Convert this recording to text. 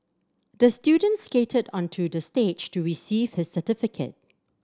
the student skated onto the stage to receive his certificate